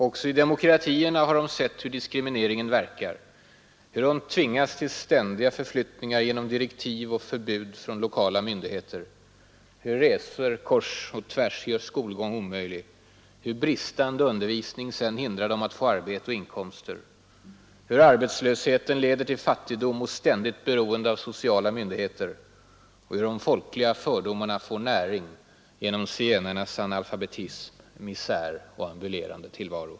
Också i demokratierna har de sett hur diskrimineringen verkar: hur de tvingas till ständiga förflyttningar genom direktiv och förbud från lokala myndigheter, hur resor kors och tvärs gör skolgång omöjlig, hur bristande undervisning sedan hindrar dem att få arbete och inkomster, hur arbetslösheten leder till fattigdom och ständigt beroende av sociala myndigheter och hur de folkliga fördomarna får näring genom zigenarnas analfabetism, misär och ambulerande tillvaro.